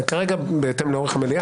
בהתאם לאורך המליאה,